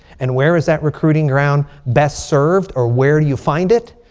and where is that recruiting ground best served? or where do you find it?